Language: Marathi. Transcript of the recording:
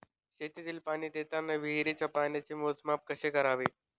शेतीला पाणी देताना विहिरीच्या पाण्याचे मोजमाप कसे करावे?